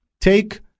take